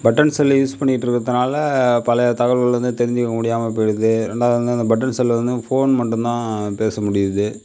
button செல்லை use பண்ணிக்கிட்டு இருக்கிறதுனால பல தகவல்கள் வந்து தெரிஞ்சுக்க முடியாமப் போய்டுது ரெண்டாவது வந்து அந்த பட்டன் செல்லு வந்து ஃபோன் மட்டுந்தான் பேசமுடியுது